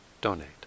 donate